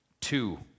Two